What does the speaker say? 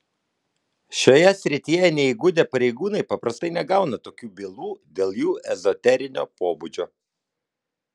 šioje srityje neįgudę pareigūnai paprastai negauna tokių bylų dėl jų ezoterinio pobūdžio